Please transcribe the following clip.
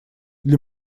для